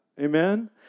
Amen